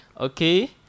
Okay